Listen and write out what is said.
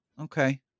Okay